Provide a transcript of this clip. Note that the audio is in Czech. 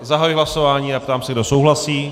Zahajuji hlasování a ptám se, kdo souhlasí.